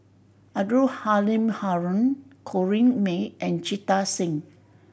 Abdul Halim Haron Corrinne May and Jita Singh